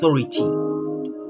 Authority